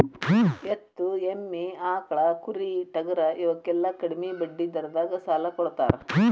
ಎತ್ತು, ಎಮ್ಮಿ, ಆಕ್ಳಾ, ಕುರಿ, ಟಗರಾ ಇವಕ್ಕೆಲ್ಲಾ ಕಡ್ಮಿ ಬಡ್ಡಿ ದರದಾಗ ಸಾಲಾ ಕೊಡತಾರ